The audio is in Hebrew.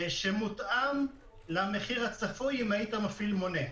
שמותאם למחיר הצפוי, לו היית מפעיל מונה.